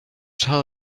tell